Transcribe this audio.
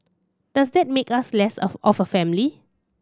does that make us less of of a family